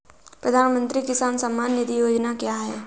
प्रधानमंत्री किसान सम्मान निधि योजना क्या है?